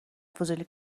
فضولی